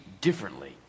differently